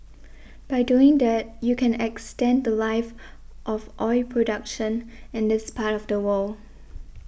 by doing that you can extend the Life of oil production in this part of the world